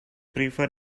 prefer